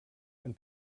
and